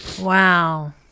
Wow